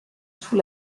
sous